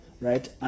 right